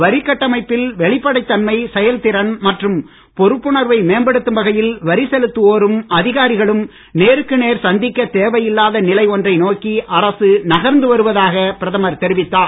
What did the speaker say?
வரிக் கட்டமைப்பில் வெளிப்படைத் தன்மை செயல்திறன் மற்றும் பொறுப்புணர்வை மேம்படுத்தும் வகையில் வரி செலுத்துவோரும் அதிகாரிகளும் நேருக்கு நேர் சந்திக்கத் தேவையில்லாத நிலை ஒன்றை நோக்கி அரசு நகர்ந்து வருவதாக பிரதமர் தெரிவித்தார்